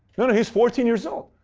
no, no, he's fourteen years old.